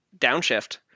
downshift